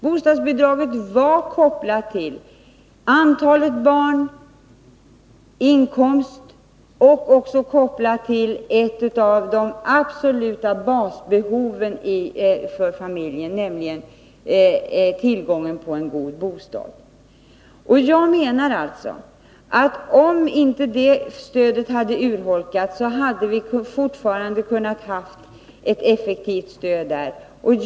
Bostadsbidraget var kopplat till antalet barn och inkomst och även till ett av de absoluta basbehoven för familjen, nämligen tillgången till en god bostad. Om inte det stödet hade urholkats, hade vi i det fortfarande haft ett effektivt stöd till dessa familjer.